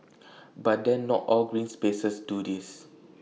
but then not all green spaces do this